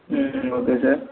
hmm okay sir